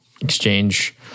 exchange